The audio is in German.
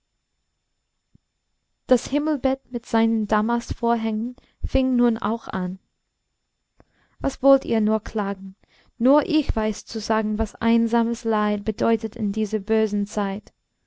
das himmelbett mit seinen damastvorhängen fing nun auch an was wollt ihr nur klagen nur ich weiß zu sagen was einsames leid bedeutet in dieser bösen zeit